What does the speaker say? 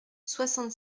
soixante